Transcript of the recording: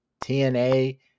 TNA